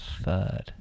third